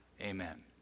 Amen